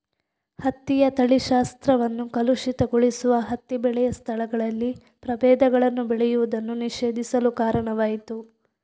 ಹತ್ತಿಯ ತಳಿಶಾಸ್ತ್ರವನ್ನು ಕಲುಷಿತಗೊಳಿಸುವ ಹತ್ತಿ ಬೆಳೆಯ ಸ್ಥಳಗಳಲ್ಲಿ ಪ್ರಭೇದಗಳನ್ನು ಬೆಳೆಯುವುದನ್ನು ನಿಷೇಧಿಸಲು ಕಾರಣವಾಯಿತು